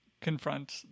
confront